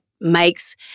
makes